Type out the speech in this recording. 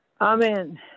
Amen